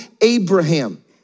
Abraham